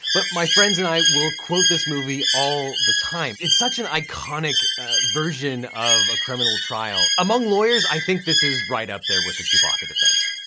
but my friends and i will quote this movie all the time. it's such an iconic version of a criminal trial. among lawyers, i think this is right up there with the chewbacca defense.